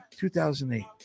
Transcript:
2008